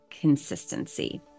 consistency